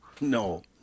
no